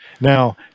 Now